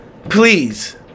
Please